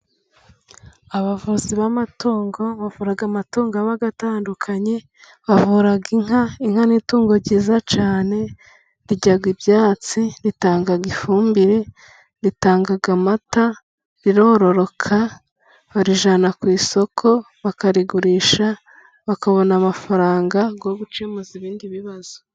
Abavuzi b'amatungo bavura amatungo aba atandukanye, bavura inka. Inka ni itungo ryiza cyane, rirya ibyatsi, ritanga ifumbire, ritanga amata, rirororoka, barijyana ku isoko bakarigurisha, bakabona amafaranga yo gukemuza ibindi bibazo.